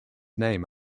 name